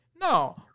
No